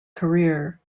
career